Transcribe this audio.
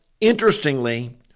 interestingly